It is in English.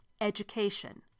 Education